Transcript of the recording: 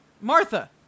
martha